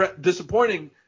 disappointing